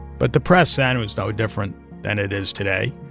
but the press then was no different than it is today.